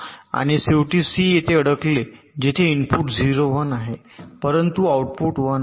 आणि शेवटी c येथे अडकले जेथे इनपुट 0 1 आहे परंतु आउटपुट 1 आहे